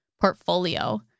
portfolio